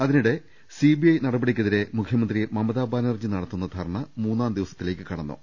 അതിനിടെ സിബിഐ നടപടിക്കെതിരെ മുഖ്യമന്ത്രി മമതാ ബാനർജി നടത്തുന്ന ധർണ മൂന്നാം ദിവസത്തേക്ക് കടന്നു